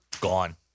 gone